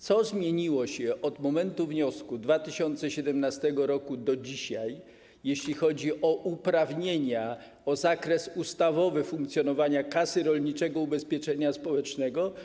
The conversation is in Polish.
Co zmieniło się od momentu złożenia wniosku w 2017 r. do dzisiaj, jeśli chodzi o uprawnienia, o zakres ustawowy funkcjonowania Kasy Rolniczego Ubezpieczenia Społecznego?